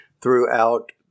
throughout